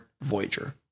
Voyager